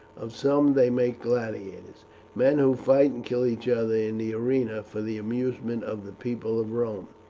of some they make gladiators men who fight and kill each other in the arena for the amusement of the people of rome,